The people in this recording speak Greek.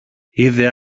είδε